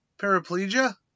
paraplegia